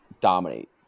dominate